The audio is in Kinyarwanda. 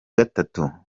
gatatu